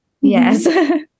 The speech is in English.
Yes